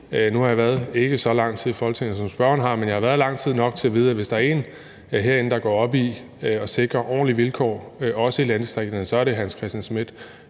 Nu har jeg ikke været så lang tid i Folketinget, som spørgeren har, men jeg har været herinde i lang tid nok til at vide, at hvis der en herinde, der går op i at sikre ordentlige vilkår, også i landdistrikterne, så er det hr. Hans Christian Schmidt,